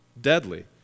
deadly